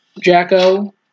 Jacko